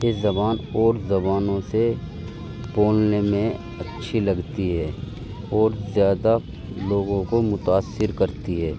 اس زبان اور زبانوں سے بولنے میں اچھی لگتی ہے اور زیادہ لوگوں کو متاثر کرتی ہے